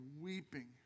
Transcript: weeping